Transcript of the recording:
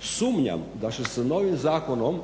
Sumnjam da će se novim Zakonom